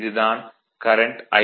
இது தான் current I2